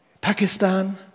Pakistan